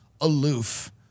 aloof